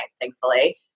thankfully